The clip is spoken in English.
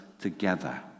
together